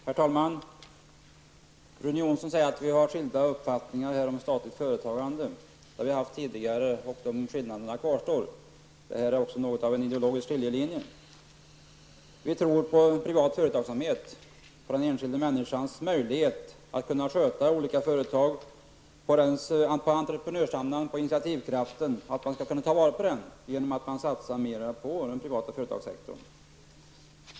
Herr talman! Rune Jonsson säger att vi har skilda uppfattningar om statens företagande. Det har vi haft tidigare, och de skillnaderna kvarstår. Detta är något av en ideologisk skiljelinje. Vi tror på privat företagsamhet och på den enskilda människans möjlighet att kunna sköta olika företag och på att kunna ta tillvara entreprenörsandan och initiativkraften just genom att satsa på den privata företagssektorn.